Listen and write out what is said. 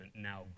now